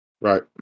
Right